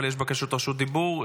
אבל יש בקשות רשות דיבור.